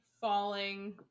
falling